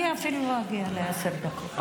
אני לא אגיע לעשר דקות,